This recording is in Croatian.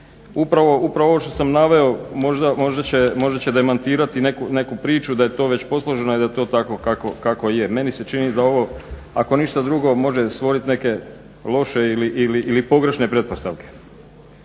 Upravo ovo što sam naveo možda će demantirati neku priču da je to već posloženo i da je to tako kako je. Meni se čini da ovo ako ništa drugo može stvorit neke loše ili pogrešne pretpostavke.